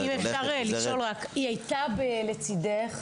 אם אפשר לשאול רק היא הייתה "לצידך",